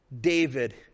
David